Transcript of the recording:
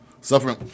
Suffering